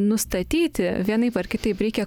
nustatyti vienaip ar kitaip reikia